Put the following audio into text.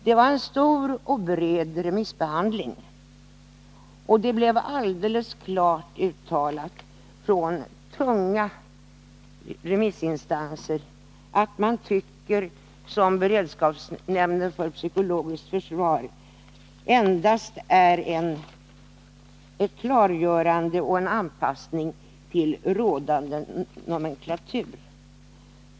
Det var en stor och bred remissbehandling, och det blev alldeles klart uttalat från tunga remissinstanser att man tycker som 175 beredskapsnämnden för psykologiskt försvar, att ändringen av spioneribestämmelsen endast är ett klargörande och en anpassning till rådande nomenklatur.